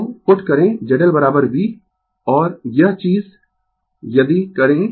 तो पुट करें Z L V और यह चीज यदि करें